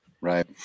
Right